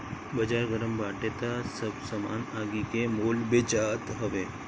बाजार गरम बाटे तअ सब सामान आगि के मोल बेचात हवे